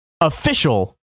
official